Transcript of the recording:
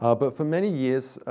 ah but for many years,